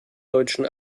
deutschen